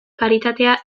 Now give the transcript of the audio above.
karitate